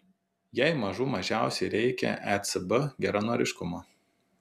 jai mažų mažiausiai reikia ecb geranoriškumo